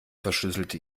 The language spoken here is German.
verschlüsselte